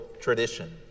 tradition